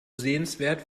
sehenswert